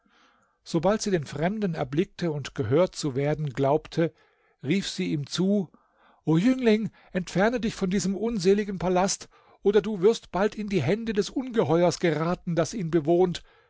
sobald sie den fremden erblickte und gehört zu werden glaubte rief sie ihm zu o jüngling entferne dich von diesem unseligen palast oder du wirst bald in die hände des ungeheuers geraten das ihn bewohnt